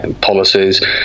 policies